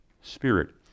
Spirit